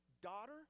daughter